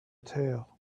tail